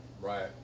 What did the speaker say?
Right